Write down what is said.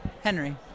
henry